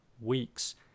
weeks